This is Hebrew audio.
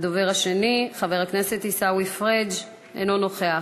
הדובר השני, חבר הכנסת עיסאווי פריג' אינו נוכח,